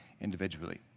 individually